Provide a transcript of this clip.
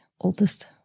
oldest